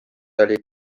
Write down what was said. olid